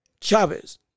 Chavez